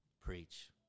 Preach